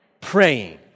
praying